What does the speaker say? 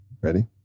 Ready